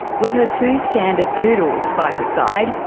with her two standard poodles by her side.